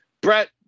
Brett